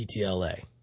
DTLA